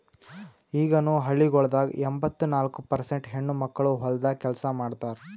ಈಗನು ಹಳ್ಳಿಗೊಳ್ದಾಗ್ ಎಂಬತ್ತ ನಾಲ್ಕು ಪರ್ಸೇಂಟ್ ಹೆಣ್ಣುಮಕ್ಕಳು ಹೊಲ್ದಾಗ್ ಕೆಲಸ ಮಾಡ್ತಾರ್